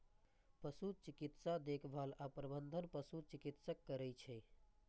पशु चिकित्सा देखभाल आ प्रबंधन पशु चिकित्सक करै छै